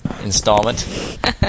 installment